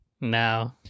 No